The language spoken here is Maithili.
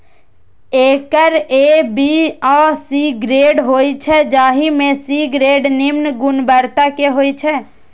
एकर ए, बी आ सी ग्रेड होइ छै, जाहि मे सी ग्रेड निम्न गुणवत्ता के होइ छै